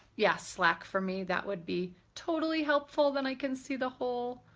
yeah, slack for me? that would be totally helpful. then i can see the whole,